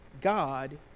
God